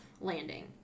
landing